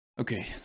Okay